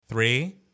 Three